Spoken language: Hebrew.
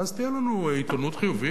ואז תהיה לנו עיתונות חיובית.